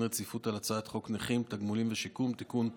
רציפות על הצעת חוק נכים (תגמולים ושיקום) (תיקון מס'